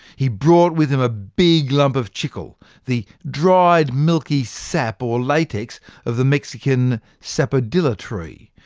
he brought with him a big lump of chicle, the dried milky sap or latex of the mexican sapodilla tree,